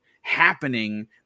happening